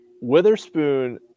Witherspoon